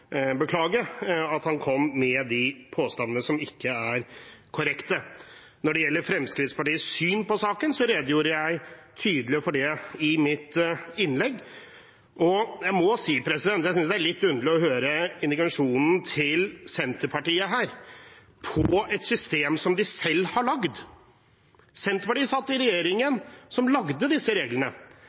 håper at han kan beklage at han kom med påstander som ikke er korrekte. Når det gjelder Fremskrittspartiets syn på saken, redegjorde jeg tydelig for det i mitt innlegg. Jeg må si jeg synes det er litt underlig å høre indignasjonen til Senterpartiet her over et system som de selv har laget. Senterpartiet satt i regjeringen som